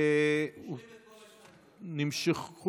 מושכים את כל ההסתייגויות.